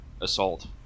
Assault